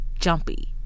jumpy